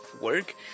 work